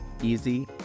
easy